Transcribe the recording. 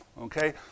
Okay